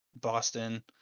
boston